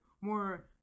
more